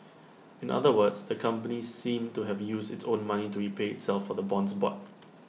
in other words the company seemed to have used its own money to repay itself for the bonds bought